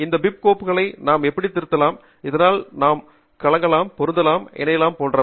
இந்த bib கோப்புகளை நாம் எப்படி திருத்தலாம் இதனால் நாம் கலக்கலாம் பொருத்தலாம் இணைப்பது போன்றவை